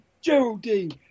Geraldine